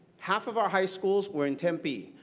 half of our high schools were in tempe.